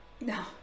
No